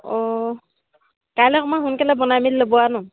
অঁ কাইলে অকণমান সোনকালে বনাই মেলি ল'ব আৰু ন